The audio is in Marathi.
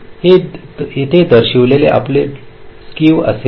हे येथे दर्शविलेले आपले स्केव असेल